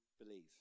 believe